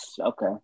Okay